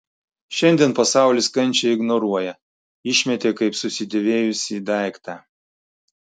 šiandien pasaulis kančią ignoruoja išmetė kaip susidėvėjusį daiktą